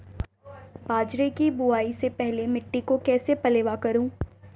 बाजरे की बुआई से पहले मिट्टी को कैसे पलेवा करूं?